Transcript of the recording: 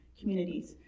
communities